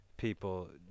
People